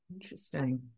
Interesting